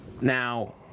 Now